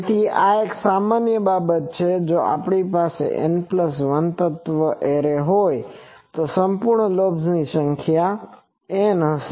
તેથી આ એક સામાન્ય બાબત છે કે જો આપણી પાસે N1 તત્વ એરે હોય તો સંપૂર્ણ લોબ્સની સંખ્યા N હશે